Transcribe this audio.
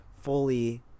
fully